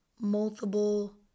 multiple